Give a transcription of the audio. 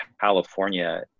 California